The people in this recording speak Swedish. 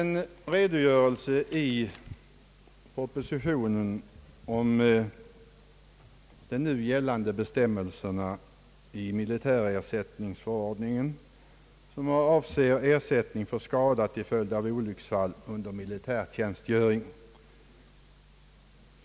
I propositionen finns en redogörelse för nu gällande bestämmelser enligt militärersättningsförordningen som avser skada till följd av olycksfall under militärtjänstgöring.